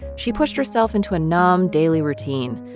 she pushed herself into a numb daily routine,